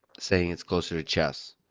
saying, it's closer to chess.